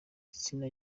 ibitsina